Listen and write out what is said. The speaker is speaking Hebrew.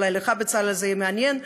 אולי לך, בצלאל, זה יהיה מעניין.